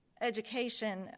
education